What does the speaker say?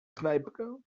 knajpkę